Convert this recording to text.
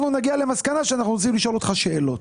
נגיע למסקנה שאנחנו רוצים לשאול אותך שאלה.